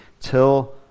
till